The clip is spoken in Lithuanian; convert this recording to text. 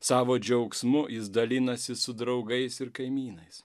savo džiaugsmu jis dalinasi su draugais ir kaimynais